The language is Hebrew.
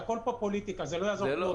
זה הכול פה פוליטיקה, זה לא יעזור כלום.